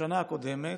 בשנה הקודמת,